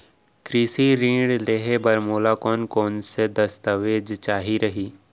कृषि ऋण लेहे बर मोला कोन कोन स दस्तावेज चाही रही?